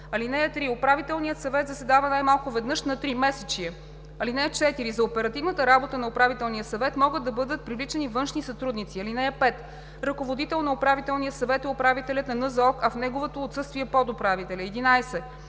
НЗОК; (3) Управителният съвет заседава най-малко веднъж на тримесечие. (4) За оперативната работа на Управителния съвет могат да бъдат привличани външни сътрудници. (5) Ръководител на Управителния съвет е управителят на НЗОК, а в негово отсъствие – подуправителят.“